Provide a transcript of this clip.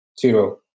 zero